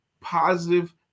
positive